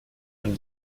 dann